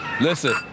listen